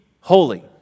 holy